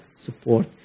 support